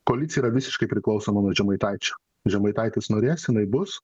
koalicija yra visiškai priklausoma nuo žemaitaičio žemaitaitis norės jinai bus